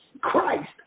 Christ